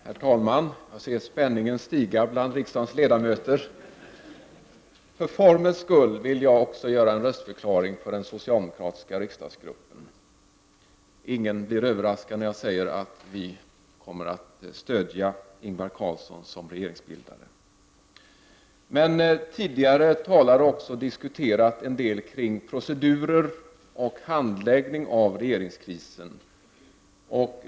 Herr talman! Jag ser spänningen stiga bland riksdagens ledamöter. För formens skull vill också jag göra en röstförklaring för den socialdemokratiska riksdagsgruppens räkning. Ingen blir överraskad när jag säger att vi kommer att stödja Ingvar Carlsson som regeringsbildare. Tidigare talare har diskuterat en del omkring procedurer och handlägg ning av regeringskrisen.